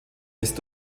ist